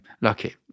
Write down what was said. lucky